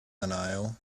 denial